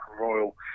Royal